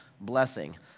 blessing